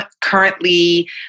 currently